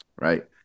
right